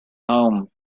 home